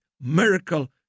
miracle